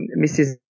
Mrs